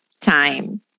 time